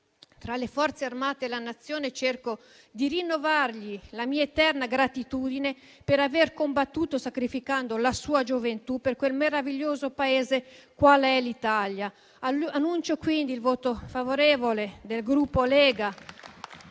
tra le Forze armate e la Nazione, cerco di rinnovargli la mia eterna gratitudine per aver combattuto sacrificando la sua gioventù per quel meraviglioso Paese che è l'Italia. Annuncio quindi il voto favorevole del Gruppo